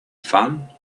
fun